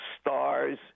stars